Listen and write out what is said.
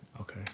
Okay